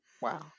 Wow